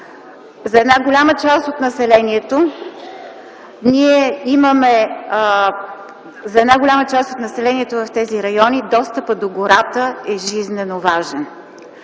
За голяма част от населението в тези райони достъпът до гората е жизнено важен.